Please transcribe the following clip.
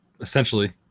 Essentially